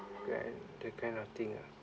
good and that kind of thing ah